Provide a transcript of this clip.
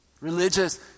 Religious